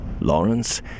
Lawrence